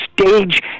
stage